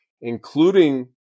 including